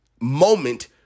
moment